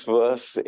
verse